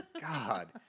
God